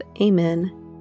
Amen